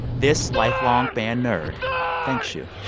this lifelong band nerd thanks you